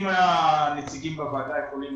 וב-16 בדצמבר הונח בידי ועדת הכספים,